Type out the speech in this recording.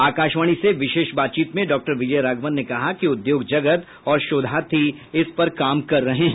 आकाशवाणी से विशेष बातचीत में डॉक्टर विजय राघवन ने कहा कि उद्योग जगत और शोधार्थी इस पर काम कर रहे हैं